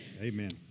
Amen